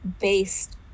based